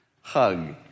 hug